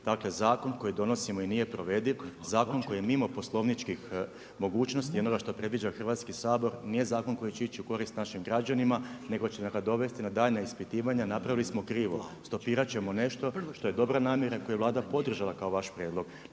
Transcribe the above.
Dakle, zakon koji donosimo i nije provediv, zakon koji je mimo poslovničkih mogućnosti i onoga što predviđa Hrvatski sabor, nije zakon koji će ići u korist našim građanima, nego će nam ga dovesti na daljnja ispitivanja, napravili smo krivo. Stopirati ćemo nešto što je dobra namjera i koja je Vlada podržala kao vaš prijedlog.